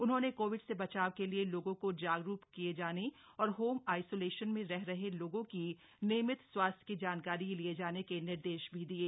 उन्होंने कोविड से बचाव के लिए लोगों को जागरूक किया जाने और होम आईसोलेशन में रह रहे लोगो की नियमित स्वास्थ्य की जानकारी लिये जाने के निर्देश भी दिये